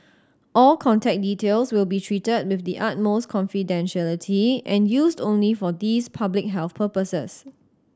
all contact details will be treated with the utmost confidentiality and used only for these public health purposes